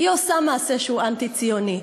עושה מעשה שהוא אנטי-ציוני.